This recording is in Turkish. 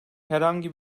herhangi